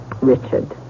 Richard